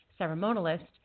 ceremonialist